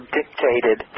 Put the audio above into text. dictated